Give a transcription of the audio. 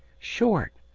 short!